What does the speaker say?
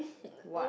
what